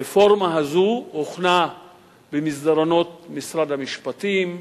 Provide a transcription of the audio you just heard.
הרפורמה הזו הוכנה במסדרונות משרד המשפטים,